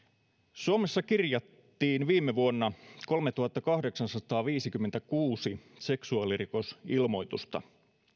suomessa kirjattiin viime vuonna kolmetuhattakahdeksansataaviisikymmentäkuusi seksuaalirikosilmoitusta